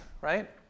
right